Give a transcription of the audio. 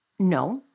No